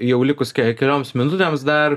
jau likus kelioms minutėms dar